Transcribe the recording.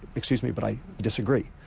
excuse me but i disagree.